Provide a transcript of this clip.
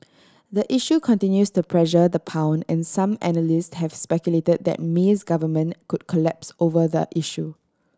the issue continues to pressure the pound and some analysts have speculated that Mi's government could collapse over the issue